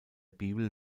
bibel